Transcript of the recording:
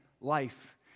life